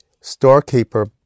storekeeper